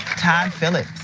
todd phillips,